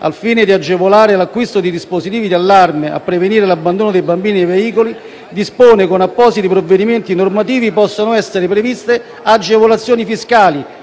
al fine di agevolare l'acquisto di dispositivi di allarme e prevenire l'abbandono dei bambini nei veicoli, dispone che con appositi provvedimenti normativi possono essere previste agevolazioni fiscali,